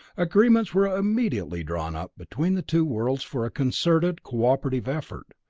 agreements were immediately drawn up between the two worlds for a concerted, cooperative effort.